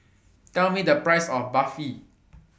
Tell Me The Price of Barfi